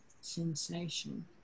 sensation